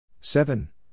seven